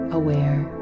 aware